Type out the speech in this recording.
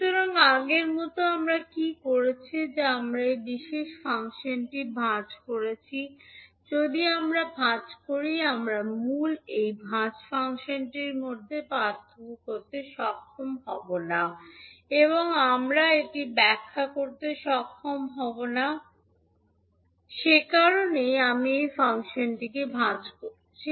সুতরাং আগের মত আমরা কী করেছি যে আমরা এই বিশেষ ফাংশনটি ভাঁজ করেছি যদি আমরা ভাঁজ করি আমরা মূল এবং ভাঁজ ফাংশনটির মধ্যে পার্থক্য করতে সক্ষম হব না এবং আমরা এটি ব্যাখ্যা করতে সক্ষম হব না সে কারণেই আমি এই ফাংশনটি ভাঁজ করেছি